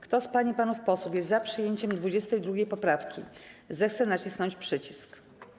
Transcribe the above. Kto z pań i panów posłów jest za przyjęciem 22. poprawki, zechce nacisnąć przycisk.